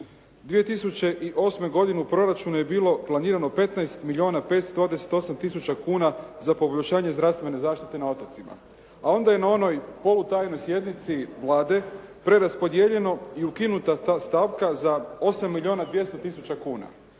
2008. godine u proračunu je bilo planirano 15 milijuna …/Govornik se ne razumije./… tisuća kuna za poboljšanje zdravstvene zaštite na otocima, a onda je na onoj polutajnoj sjednici Vlade preraspodijeljeno i ukinuta ta stavka za 8 milijuna 200 tisuća kuna,